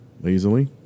Lazily